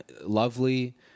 lovely